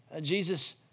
Jesus